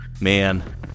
man